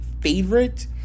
favorite